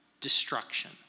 destruction